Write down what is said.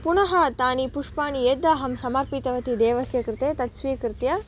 पुनः तानि पुष्पाणि यदहं समर्पितवती देवस्य कृते तत् स्वीकृत्य